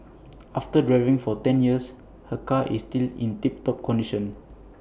after driving for ten years her car is still in tip top condition